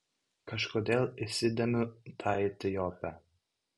kažkodėl įsidėmiu tą etiopę